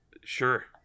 Sure